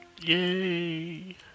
Yay